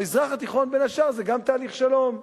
המזרח התיכון בין השאר זה גם תהליך שלום,